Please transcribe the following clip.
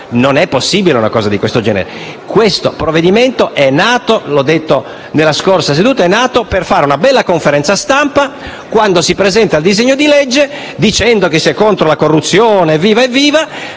Non è possibile una cosa di questo genere. Questo provvedimento è nato - l'ho sottolineato già nella scorsa seduta - per fare una bella conferenza stampa quando si presenterà la legge, dicendo che si è contro la corruzione e ricevendo